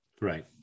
Right